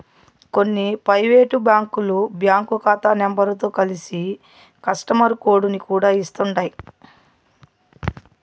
కొన్ని పైవేటు బ్యాంకులు బ్యాంకు కాతా నెంబరుతో కలిసి కస్టమరు కోడుని కూడా ఇస్తుండాయ్